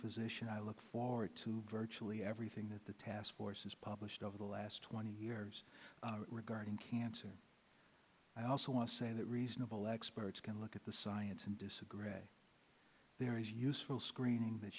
physician i look forward to virtually everything that the task force has published over the last twenty years regarding cancer i also want to say that reasonable experts can look at the science and disagree there is useful screening that